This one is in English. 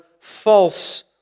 false